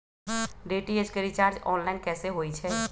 DTH के recharge online कैसे होईछई?